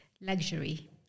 Luxury